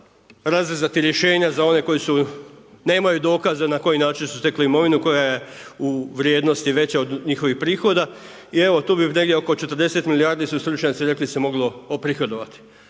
razrezati rješenja za one koji su, nemaju dokaza na koji način su stekli imovinu koja je u vrijednosti veća od njihovih prihoda. I evo tu bi negdje oko 40 milijardi su stručnjaci rekli se moglo oprihodovati.